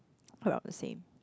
about the same